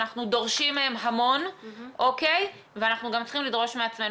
אנחנו דורשים מהם המון ואנחנו גם צריכים לדרוש מעצמנו.